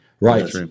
Right